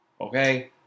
Okay